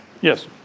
Yes